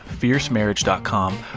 FierceMarriage.com